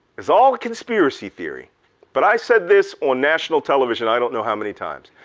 it's all a conspiracy theory but i said this on national television i don't know how many times,